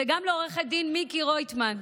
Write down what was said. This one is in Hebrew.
וגם לעו"ד מיקי רויטמן,